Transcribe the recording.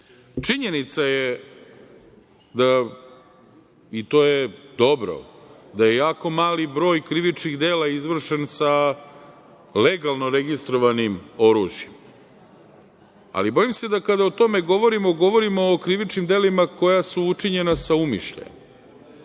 periodu. Činjenica je da, i to je dobro, je jako mali broj krivičnih dela izvršen sa legalno registrovanim oružjem, ali bojim se da, kada o tome govorimo, govorimo o krivičnim delima koja su učinjena sa umišljajem,